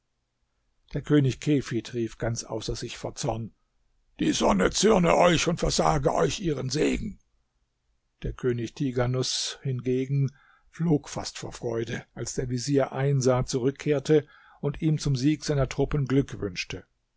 der könig kefid rief ganz außer sich vor zorn die sonne zürne euch und versage euch ihren segen der könig tighanus hingegen flog fast vor freude als der vezier einsar zurückkehrte und ihm zum sieg seiner truppen glück wünschte